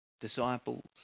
disciples